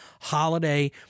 holiday